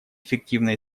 эффективно